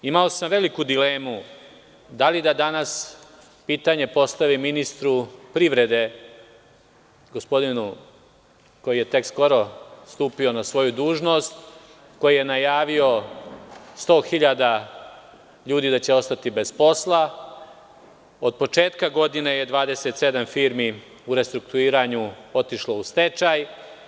Imao sam veliku dilemu da li da danas pitanje postavim ministru privrede, gospodinu koji je tek skoro stupio na dužnost, koji je najavio da će 100.000 ljudi ostati bez posla, od početka godine je 27 firmi u restrukturiranju otišlo u stečaj.